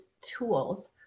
tools